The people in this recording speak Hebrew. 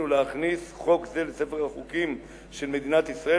להכניס חוק זה לספר החוקים של מדינת ישראל,